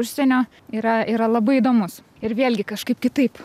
užsienio yra yra labai įdomus ir vėlgi kažkaip kitaip